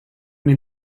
mir